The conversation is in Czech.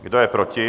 Kdo je proti?